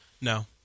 No